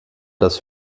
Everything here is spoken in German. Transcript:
das